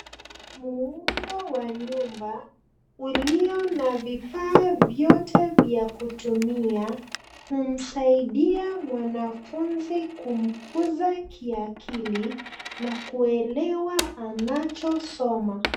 Muundo wa nyumba, ulio na vifaa vyote vya kutumia, humsaidia mwanafunzi kumkuza kiakili, na kuelewa anachosoma.